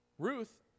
Ruth